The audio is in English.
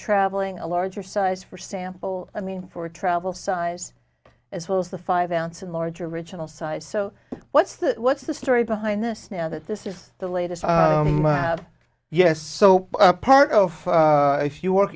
traveling a larger size for sample i mean for travel size as well as the five ounce and larger original size so what's the what's the story behind this now that this is the latest yes so part of if you work